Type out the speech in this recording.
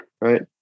right